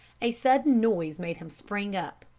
a sudden noise made him spring up.